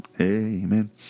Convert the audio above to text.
Amen